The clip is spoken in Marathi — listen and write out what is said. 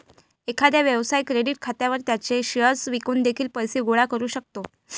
एखादा व्यवसाय क्रेडिट खात्यावर त्याचे शेअर्स विकून देखील पैसे गोळा करू शकतो